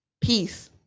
Peace